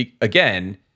again